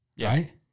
right